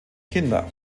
kinder